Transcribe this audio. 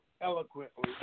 eloquently